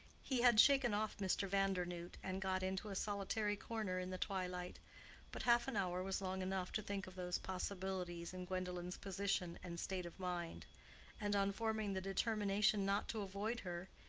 he had shaken off mr. vandernoodt, and got into a solitary corner in the twilight but half an hour was long enough to think of those possibilities in gwendolen's position and state of mind and on forming the determination not to avoid her,